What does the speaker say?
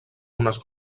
unes